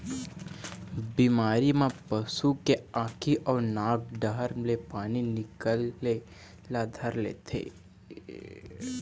बिमारी म पशु के आँखी अउ नाक डहर ले पानी निकले ल धर लेथे